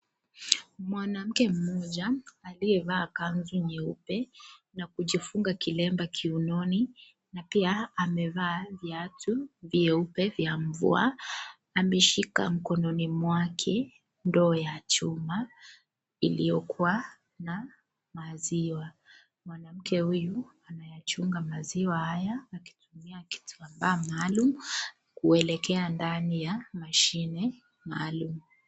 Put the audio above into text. Mwanamke mmoja, aliyevaa kanzu nyeupe na kujifunga kilemba kiunoni, na pia amevaa viatu vyeupe vya mvua. Ameshika mkononi mwake, ndoo ya chuma iliyokuwa na maziwa. Mwanamke huyu anayachunga maziwa haya, akitumia kitambaa maalum kuelekea ndani ya mashine maalum.